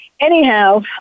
Anyhow